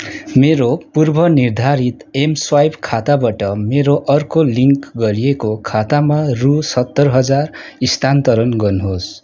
मेरो पूर्वनिर्धारित एमस्वाइप खाताबाट मेरो अर्को लिङ्क गरिएको खातामा रु सत्तर हजार स्थानान्तरण गर्नुहोस्